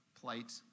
plight